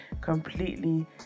Completely